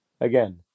again